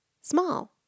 small